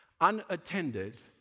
unattended